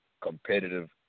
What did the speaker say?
competitive